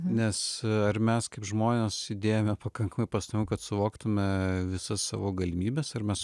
nes ar mes kaip žmonės įdėjome pakankamai pastangų kad suvoktume visas savo galimybes ar mes